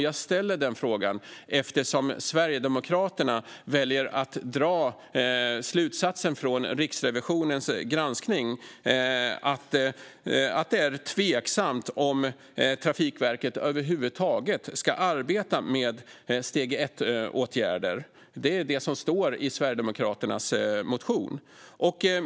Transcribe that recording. Jag ställer den frågan eftersom Sverigedemokraterna väljer att dra slutsatsen från Riksrevisionens granskning att det är tveksamt om Trafikverket över huvud taget ska arbeta med steg 1-åtgärder. Det är det som står i Sverigedemokraternas motion.